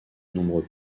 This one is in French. nombreux